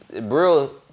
Brill